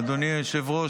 אדוני היושב-ראש,